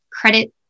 credit